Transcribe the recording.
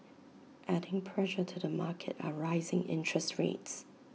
adding pressure to the market are rising interest rates